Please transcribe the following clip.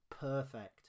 Perfect